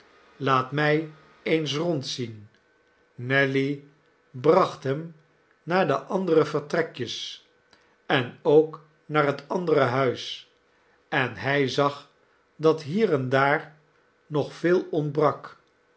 laat mij eens rondzien nelly bracht hem naar de andere vertrekjes en ook naar het andere huis en hij zag dat hier en daar nog veel ontbrak